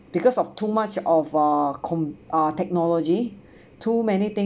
because of too much of uh com~ uh technology too many thing